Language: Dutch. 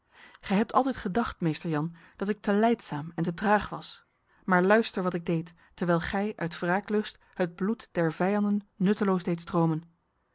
gij hebt altijd gedacht meester jan dat ik te lijdzaam en te traag was maar luister wat ik deed terwijl gij uit wraaklust het bloed der vijanden nutteloos deed stromen